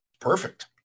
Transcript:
Perfect